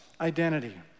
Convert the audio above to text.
identity